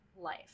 life